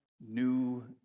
new